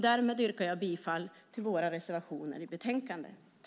Därmed yrkar jag bifall till våra reservationer i betänkandet.